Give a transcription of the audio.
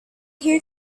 here